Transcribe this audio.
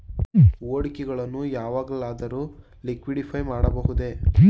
ಹೂಡಿಕೆಗಳನ್ನು ಯಾವಾಗಲಾದರೂ ಲಿಕ್ವಿಡಿಫೈ ಮಾಡಬಹುದೇ?